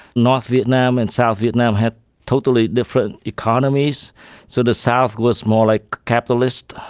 north vietnam and south vietnam had totally different economies so the south was more like capitalist,